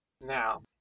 Now